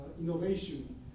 innovation